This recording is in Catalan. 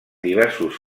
diversos